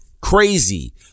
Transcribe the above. crazy